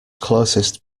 closest